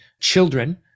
children